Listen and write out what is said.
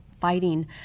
fighting